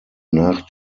nach